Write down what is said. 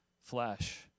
flesh